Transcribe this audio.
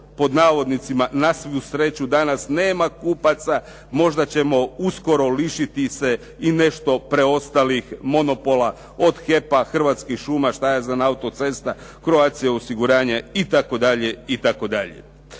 je krenulo "na svu sreću" danas nema kupaca, možda ćemo uskoro lišiti se i nešto preostalih monopola, od HEP-a, Hrvatskih šuma, autocesta, Croatia osiguranja itd.,